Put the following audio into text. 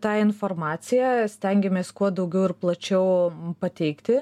tą informaciją stengiamės kuo daugiau ir plačiau pateikti